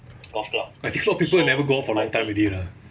I thought people will never go out for lifetime already lah